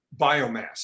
biomass